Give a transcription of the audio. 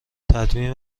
تدوین